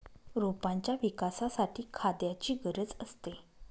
रोपांच्या विकासासाठी खाद्याची गरज असते